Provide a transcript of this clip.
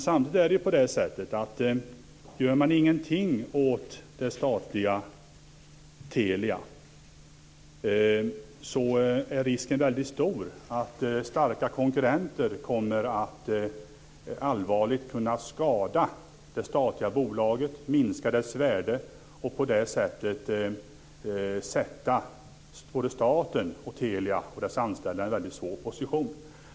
Samtidigt är det på det sättet att gör man ingenting åt det statliga Telia är risken väldigt stor att starka konkurrenter allvarligt kommer att kunna skada det statliga bolaget, minska dess värde och på så vis sätta både staten och Telia med dess anställda i en väldigt svår position.